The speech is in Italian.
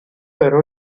ero